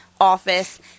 office